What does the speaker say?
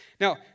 Now